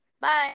Bye